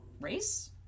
Race